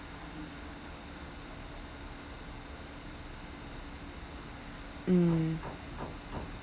mm